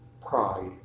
Pride